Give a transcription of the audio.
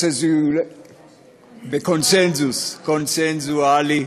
בקונסנזוס, קונסנזואלי.